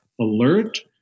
alert